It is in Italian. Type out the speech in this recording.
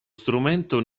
strumento